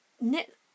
knit